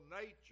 nature